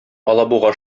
алабуга